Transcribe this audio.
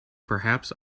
perhaps